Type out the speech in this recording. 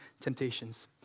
temptations